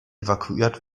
evakuiert